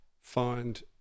find